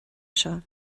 seo